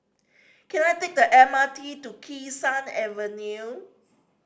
can I take the M R T to Kee Sun Avenue